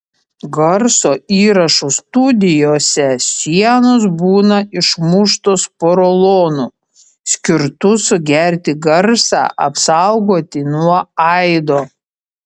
garso įrašų studijose sienos būna išmuštos porolonu skirtu sugerti garsą apsaugoti nuo aido